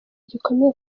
gikomeye